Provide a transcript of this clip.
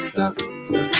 doctor